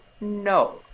No